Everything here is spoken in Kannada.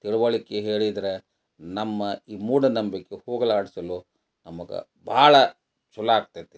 ತಿಳಿವಳ್ಕೆ ಹೇಳಿದರೆ ನಮ್ಮ ಈ ಮೂಢನಂಬಿಕೆ ಹೋಗಲಾಡಿಸಲು ನಮಗೆ ಭಾಳ ಚಲೋ ಆಗ್ತೈತಿ